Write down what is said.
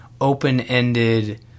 open-ended